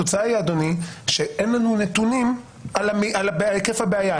שאין לנו נתונים על היקף הבעיה.